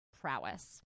prowess